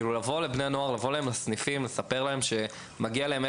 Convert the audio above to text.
שיבואו אליהם אל הסניפים ויסבירו להם מה מגיע להם,